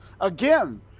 Again